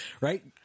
Right